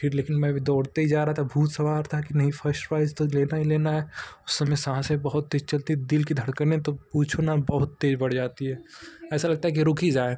फिर लेकिन मैं भी दौड़ते ही जा रहा था भूत सवार था कि नहीं फ़र्स्ट प्राइज़ तो लेना ही लेना है उस समय साँसें बहुत तेज चलतीं दिल की धड़कनें तो पूछो ना बहुत तेज बढ़ जाती हैं ऐसा लगता है कि रुक ही जाएँ